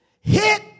hit